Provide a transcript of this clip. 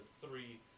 three